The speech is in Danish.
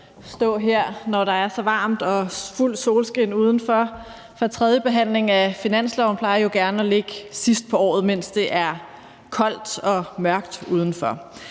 stå her, når der er så varmt og der er fuldt solskin udenfor. For tredjebehandlingen af finanslovsforslaget plejer jo gerne at ligge sidst på året, mens det er koldt og mørkt udenfor.